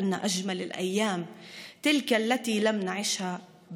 משום שהימים היפים ביותר הם אלה שעוד לא חיינו.